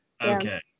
Okay